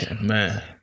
Man